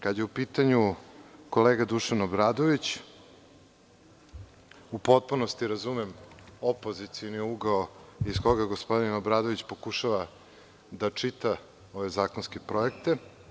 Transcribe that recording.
Kada je u pitanju kolega Dušan Obradović, u potpunosti razumem opozicioni ugao iz koga gospodin Obradović pokušava da čita ove zakonske projekte.